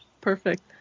perfect